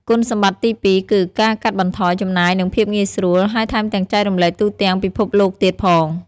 គុណសម្បត្តិទីពីរគឺ ការកាត់បន្ថយចំណាយនិងភាពងាយស្រួល ហើយថែមទាំងចែករំលែកទូទាំងពិភពលោកទៀតផង។